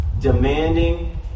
demanding